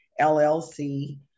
LLC